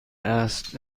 است